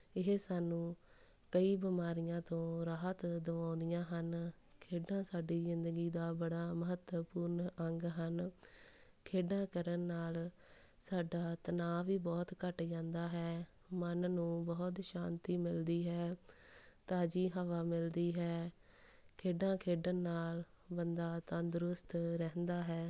ਇਹ ਸਾਨੂੰ ਕਈ ਬਿਮਾਰੀਆਂ ਤੋਂ ਰਾਹਤ ਦਵਾਉਂਦੀਆਂ ਹਨ ਖੇਡਾਂ ਸਾਡੇ ਜ਼ਿੰਦਗੀ ਦਾ ਬੜਾ ਮਹੱਤਵਪੂਰਨ ਅੰਗ ਹਨ ਖੇਡਾਂ ਕਰਨ ਨਾਲ ਸਾਡਾ ਤਣਾਅ ਵੀ ਬਹੁਤ ਘੱਟ ਜਾਂਦਾ ਹੈ ਮਨ ਨੂੰ ਬਹੁਤ ਸ਼ਾਂਤੀ ਮਿਲਦੀ ਹੈ ਤਾਜ਼ੀ ਹਵਾ ਮਿਲਦੀ ਹੈ ਖੇਡਾਂ ਖੇਡਣ ਨਾਲ ਬੰਦਾ ਤੰਦਰੁਸਤ ਰਹਿੰਦਾ ਹੈ